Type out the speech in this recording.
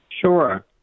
Sure